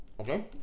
Okay